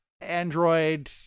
android